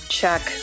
check